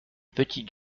petites